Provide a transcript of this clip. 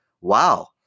wow